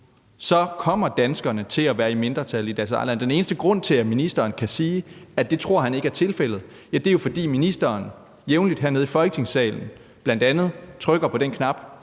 kommer danskerne til at være i mindretal i deres eget land. Den eneste grund til, at ministeren kan sige, at han ikke tror, det er tilfældet, er, at ministeren jævnligt hernede i Folketingssalen bl.a. trykker på den knap,